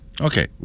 Okay